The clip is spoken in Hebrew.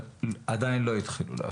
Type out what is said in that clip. עדין לא התחילו להפיק.